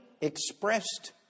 expressed